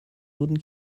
wurden